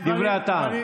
דברי הטעם.